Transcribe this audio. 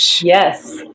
yes